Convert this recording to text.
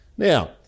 Now